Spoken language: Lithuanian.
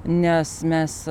nes mes